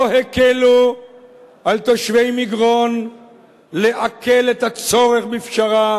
לא הקלו על תושבי מגרון לעכל את הצורך בפשרה,